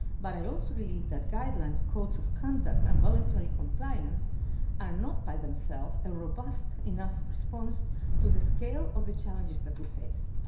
but i also believe that guidelines, codes of conduct, and voluntary compliance are not, by themself, a robust enough response to the scale of the challenges that we face.